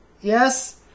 Yes